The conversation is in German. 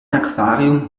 aquarium